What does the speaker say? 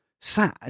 sad